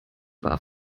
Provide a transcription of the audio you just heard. war